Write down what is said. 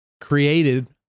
created